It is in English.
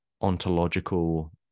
ontological